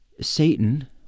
Satan